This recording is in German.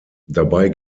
dabei